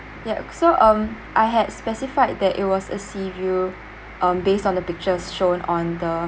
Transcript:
ya so um I had specified that it was a seaview um based on the pictures shown on the